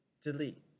delete